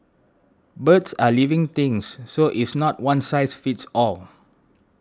birds are living things so it's not one size fits all